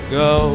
go